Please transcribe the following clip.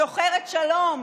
שוחרת שלום,